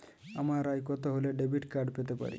আমার আয় কত হলে ডেবিট কার্ড পেতে পারি?